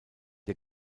der